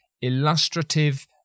illustrative